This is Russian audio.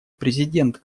президент